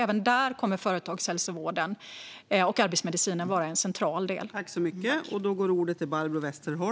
Även där kommer företagshälsovården och arbetsmedicinen vara en central del.